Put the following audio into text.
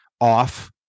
off